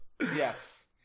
Yes